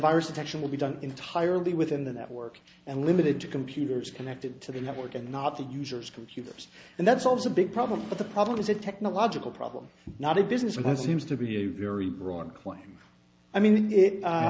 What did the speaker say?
virus detection will be done entirely within the network and limited to computers connected to the network and not the users computers and that's always a big problem but the problem is a technological problem not a business and that seems to be a very broad claim i mean